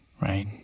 Right